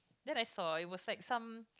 then I saw it was like some